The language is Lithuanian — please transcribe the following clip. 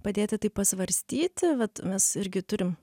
padėti tai pasvarstyti vat mes irgi turim